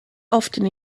often